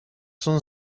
son